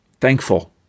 thankful